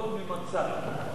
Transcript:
תודה רבה לאדוני.